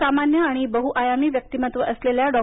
असामान्य आणि बह्आयामी व्यक्तिमत्त्व असलेल्या डॉ